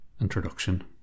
introduction